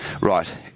right